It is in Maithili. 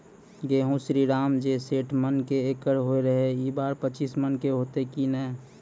गेहूँ श्रीराम जे सैठ मन के एकरऽ होय रहे ई बार पचीस मन के होते कि नेय?